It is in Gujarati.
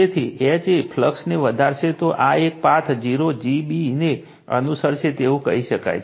તેથી H એ તે ફ્લક્સને વધારશે તો આ એક પાથ o g b ને અનુસરશે તેવું કહી શકાય છે